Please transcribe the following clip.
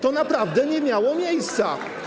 To naprawdę nie miało miejsca.